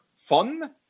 fun